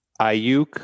Ayuk